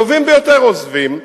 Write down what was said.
הטובים ביותר עוזבים.